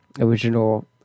original